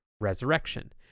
resurrection